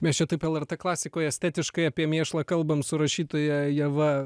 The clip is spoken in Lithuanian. mes čia taip lrt klasikoje estetiškai apie mėšlą kalbam su rašytoja ieva